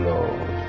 Lord